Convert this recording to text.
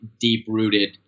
deep-rooted